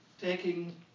taking